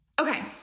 Okay